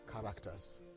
characters